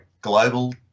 global